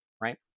right